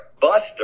buster